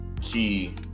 key